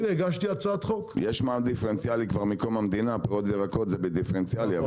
יש מע"מ דיפרנציאלי מקום המדינה פירות וירקות זה בדיפרנציאלי,